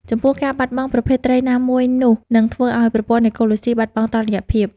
ចំពោះ ការបាត់បង់ប្រភេទត្រីណាមួយនោះ នឹងធ្វើឱ្យប្រព័ន្ធអេកូឡូស៊ីបាត់បង់តុល្យភាព។